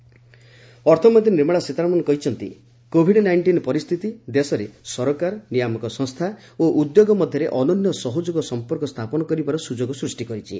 ସୀତାରମଣ ଅର୍ଥମନ୍ତ୍ରୀ ନିର୍ମଳା ସୀତାରମଣ କହିଛନ୍ତି Covid nineteen ପରିସ୍ଥିତି ଦେଶରେ ସରକାର ନିୟାମକ ସଂସ୍ଥା ଓ ଉଦ୍ୟୋଗ ମଧ୍ୟରେ ଅନନ୍ୟ ସହଯୋଗ ସମ୍ପର୍କ ସ୍ଥାପନ କରିବାର ସୁଯୋଗ ସୃଷ୍ଟି କରିଛି